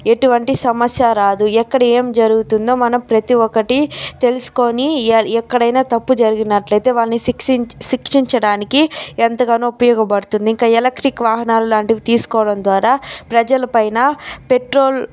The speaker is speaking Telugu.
ఎటువంటి సమస్య రాదూ ఎక్కడ ఏం జరుగుతుందో మనం ప్రతి ఒక్కటి తెలుసుకుని ఏ ఎక్కడైనా తప్పు జరిగినట్లయితే వాళ్ళని శిక్షిం శిక్షించడానికి ఎంతగానో ఉపయోగపడుతుంది ఇంకా ఎలెక్ట్రిక్ వాహనాలు లాంటివి తీసుకోవడం ద్వారా ప్రజలపైన పెట్రోల్